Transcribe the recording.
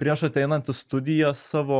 prieš ateinant į studijas savo